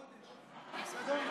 חודש, בסדר?